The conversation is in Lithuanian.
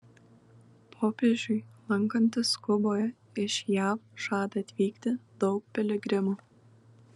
popiežiui lankantis kuboje iš jav žada atvykti daug piligrimų